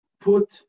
put